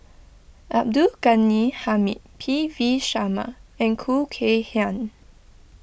Abdul Ghani Hamid P V Sharma and Khoo Kay Hian